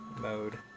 mode